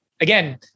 Again